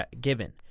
given